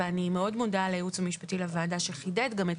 ואני מאוד מודה לייעוץ המשפטי לוועדה שחידד גם את